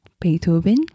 Beethoven